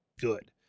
good